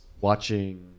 watching